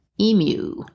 Emu